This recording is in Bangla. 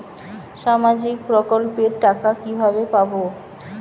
সামাজিক প্রকল্পের টাকা কিভাবে পাব?